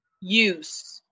use